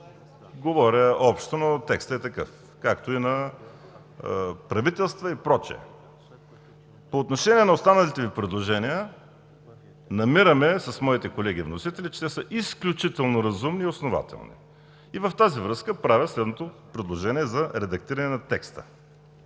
говоря общо, но текстът е такъв, както и на правителства и прочие. По отношение на останалите Ви предложения, намираме с моите колеги вносители, че са изключително разумни и основателни. В тази връзка правя следното предложение за редактиране на текста,